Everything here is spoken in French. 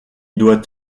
doit